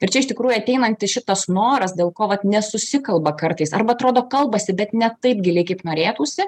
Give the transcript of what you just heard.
ir čia iš tikrųjų ateinantis šitas noras dėl ko vat nesusikalba kartais arba atrodo kalbasi bet ne taip giliai kaip norėtųsi